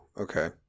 okay